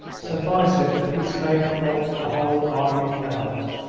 suffice it that he spoke what the whole army felt.